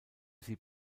sie